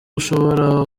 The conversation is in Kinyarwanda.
ushobora